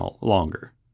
longer